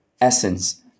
essence